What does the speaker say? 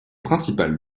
principale